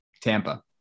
Tampa